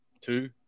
two